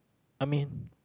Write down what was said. I mean